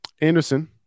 Anderson